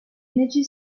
energy